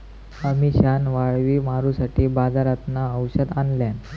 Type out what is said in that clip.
अमिशान वाळवी मारूसाठी बाजारातना औषध आणल्यान